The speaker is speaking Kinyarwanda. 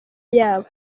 yabo